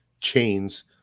chains